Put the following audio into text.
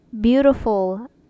beautiful